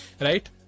right